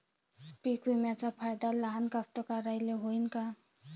पीक विम्याचा फायदा लहान कास्तकाराइले होईन का?